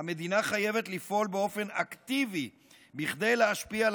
המדינה חייבת לפעול באופן אקטיבי כדי להשפיע על